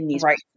Right